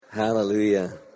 Hallelujah